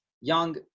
young